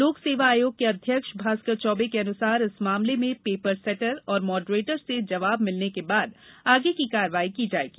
लोक सेवा आयोग के अध्यक्ष भास्कर चौबे के अनुसार इस मामले में पेपर सेटर और मॉडरेटर से जवाब मिलने के बाद आगे की कार्रवाई की जाएगी